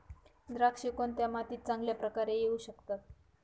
द्राक्षे कोणत्या मातीत चांगल्या प्रकारे येऊ शकतात?